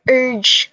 urge